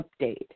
Update